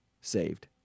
Saved